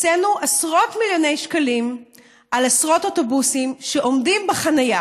הוצאנו עשרות מיליוני שקלים על עשרות אוטובוסים שעומדים בחניה